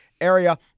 area